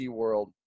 world